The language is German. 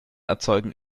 erzeugen